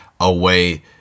away